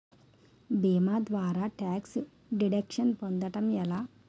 భీమా ద్వారా tax deduction పొందటం ఎలా?